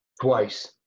twice